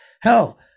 Hell